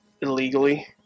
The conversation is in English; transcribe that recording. illegally